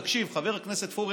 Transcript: תקשיב, חבר הכנסת פורר: